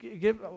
give